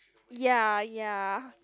ya ya